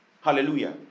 Hallelujah